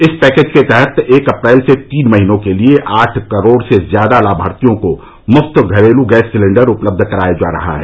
इस पैकेज के तहत एक अप्रैल से तीन महीनों के लिए आठ करोड़ से ज्यादा लाभार्थियों को मुफ्त घरेलू गैस सिलेंडर उपलब्ध कराया जा रहा है